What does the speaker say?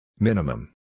Minimum